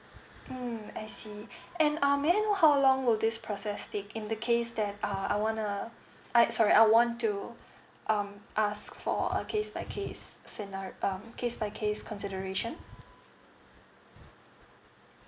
mm I see and um may I know how long will this process take in the case that uh I want to uh I sorry I want to um ask for a case by case scenario um case by case consideration